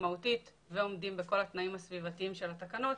משמעותית ועומדים בכל התנאים הסביבתיים של התקנות,